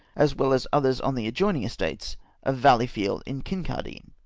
as well as others on the adjoining estates of valleyfield and kincardine.